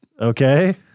Okay